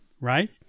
Right